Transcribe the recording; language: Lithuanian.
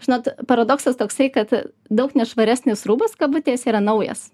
žinot paradoksas toksai kad daug nešvaresnis rūbas kabutėse yra naujas